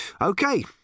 Okay